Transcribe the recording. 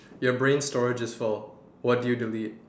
your brain storage is full what do you delete